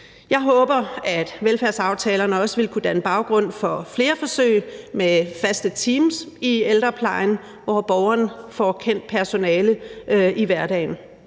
Jeg håber, at velfærdsaftalerne også vil kunne danne baggrund for flere forsøg med faste teams i ældreplejen, hvor borgeren får kendt personale i hverdagen.